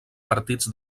partits